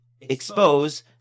expose